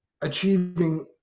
achieving